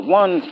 one